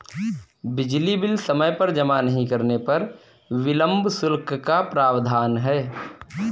बिजली बिल समय पर जमा नहीं करने पर विलम्ब शुल्क का प्रावधान है